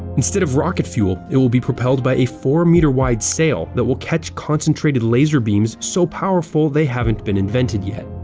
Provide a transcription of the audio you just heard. instead of rocket fuel, it will be propelled by a four meter wide sail that will catch concentrated laser beams so powerful they haven't been invented yet.